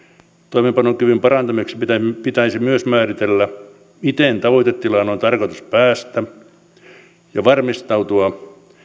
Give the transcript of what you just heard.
toimeenpanokyvyn parantamiseksi pitäisi myös määritellä miten tavoitetilaan on tarkoitus päästä ja varmistautua